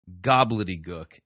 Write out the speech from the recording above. gobbledygook